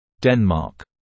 Denmark